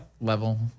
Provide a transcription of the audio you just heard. level